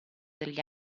degli